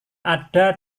ada